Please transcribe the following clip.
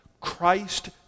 Christ